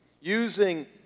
using